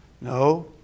No